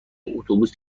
اتوبوس